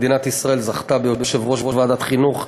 מדינת ישראל זכתה ביושב-ראש ועדת חינוך מעולה.